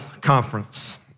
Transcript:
conference